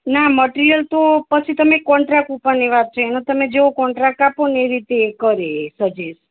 ના મટ્રિયલ તો પછી તમે કોન્ટ્રાક્ટ ઉપરની વાત છે એમાં તમે જેવો કોન્ટ્રાક્ટ આપો એવી રીતે એ કરે એ સજેસ્ટ